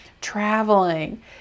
traveling